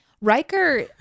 Riker